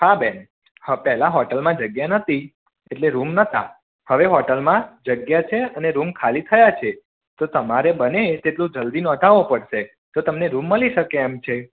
હા બેન હ પહેલાં હોટલમાં જગ્યા નહોતી એટલે રૂમ નહોતા હવે હોટલમાં જગ્યા છે અને રુમ ખાલી થયા છે તો તમારે બને એટલું જલ્દી નોંધાવવો પડશે તો તમને રૂમ મળી શકે એમ છે